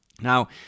Now